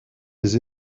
des